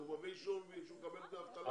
הוא מביא אישור שהוא מקבל את האבטלה.